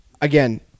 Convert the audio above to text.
Again